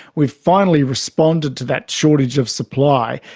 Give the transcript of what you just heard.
we've finally responded to that shortage of supply,